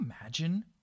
imagine